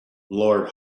lord